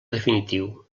definitiu